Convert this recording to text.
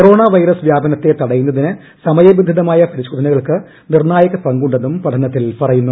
corona virus വ്യാപനത്തെ തടയുന്നതിന് സമയനുസൃതമായ പരിശോധനകൾക്കു ് നിർണായകമായ പങ്കുണ്ടെന്നും പഠനത്തിൽ പറയുന്നു